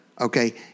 okay